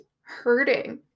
hurting